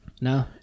no